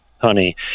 honey